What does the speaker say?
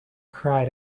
cried